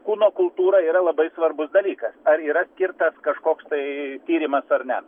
kūno kultūra yra labai svarbus dalykas ar yra skirta kažkoks tai tyrimas ar ne